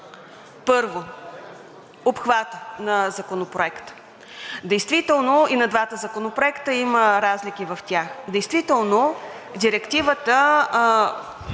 Първо, обхватът на Законопроекта. Действително и в двата законопроекта има разлики. Действително Директивата